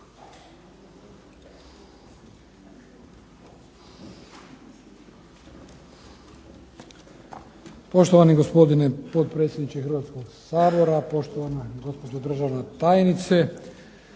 Poštovani gospodine potpredsjedniče Hrvatskog sabora, poštovana gospođo državna tajnice.